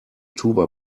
tuba